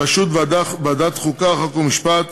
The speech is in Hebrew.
בראשות ועדת החוקה, חוק ומשפט,